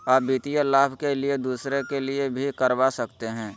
आ वित्तीय लाभ के लिए दूसरे के लिए भी करवा सकते हैं?